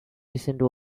recent